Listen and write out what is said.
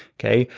okay?